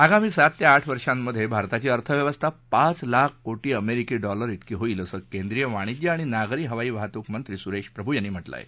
आगामी सात ते आठ वर्षांमध्ये भारताची अर्थव्यवस्था पाच लाख कोटी अमेरिकी डॉलर होईल असं केंद्रीय वाणिज्य आणि नागरी हवाई वाहतूक मंत्री सुरेश प्रभू यांनी म्हटलं आहे